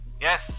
Yes